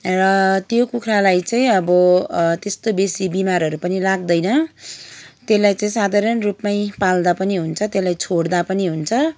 र त्यो कुखुरालाई चाहिँ अब त्यस्तो बेसी बिमारहरू पनि लाग्दैन त्यसलाई चाहिँ साधारण रूपमै पाल्दा पनि हुन्छ त्यसलाई छोड्दा पनि हुन्छ